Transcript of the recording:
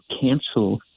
cancel